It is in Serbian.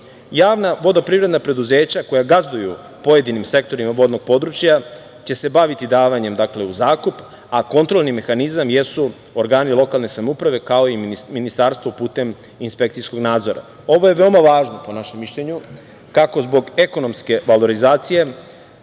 Javna vodoprivredna preduzeća koja gazduju pojedinim sektorima vodnog područja će se baviti davanjem u zakup, a kontrolni mehanizam jesu organi lokalne samouprave kao i ministarstvo putem inspekcijskog nadzora. Ovo je veoma važno, po našem mišljenju, kako zbog ekonomske valorizacije,